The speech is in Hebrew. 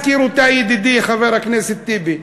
הזכיר אותה ידידי חבר הכנסת טיבי,